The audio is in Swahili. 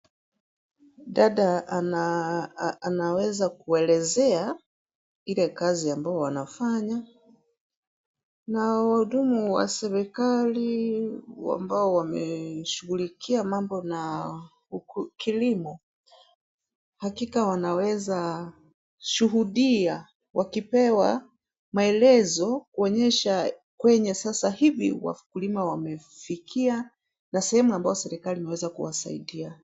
Dada, ana- anaweza kuelezea. Ile kazi ambayo wanafanya, na wahudumu wa serikali ambao wameshughulikia mambo na kilimo. Hakika wanaweza shuhudia wakipewa maelezo kuonyesha kwenye sasa hivi wakulima wamefikia na sehemu ambayo serikali imeweza kuwasaidia.